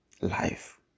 Life